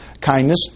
kindness